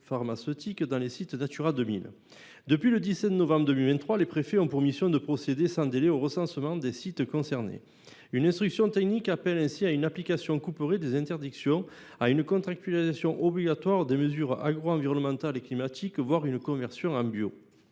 dans les sites Natura 2000. Depuis le 17 novembre 2023, les préfets ont pour mission de procéder sans délai au recensement des sites concernés. Une instruction technique appelle ainsi à une application couperet des interdictions, à une contractualisation obligatoire des mesures agroenvironnementales et climatiques, voire à une conversion en bio.